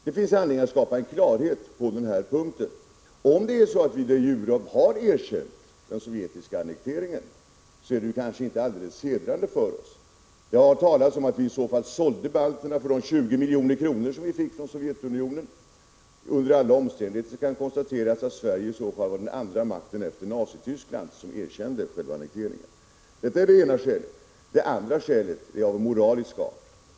Det finns anledning att skapa klarhet på den punkten. Om vi de jure har erkänt den sovjetiska annekteringen, är det kanske inte alldeles hedrande för oss. Det har talats om att vi i det sammanhanget skulle ha sålt balterna och att vi i stället fick 20 milj.kr. från Sovjetunionen. Under alla omständigheter kan jag konstatera att Sverige i sådana fall var den andra makten — den första var Nazityskland — som erkände annekteringen. Det andra skälet är av moralisk art.